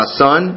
son